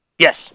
Yes